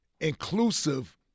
inclusive